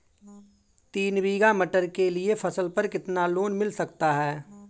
तीन बीघा मटर के लिए फसल पर कितना लोन मिल सकता है?